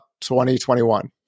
2021